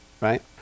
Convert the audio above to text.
right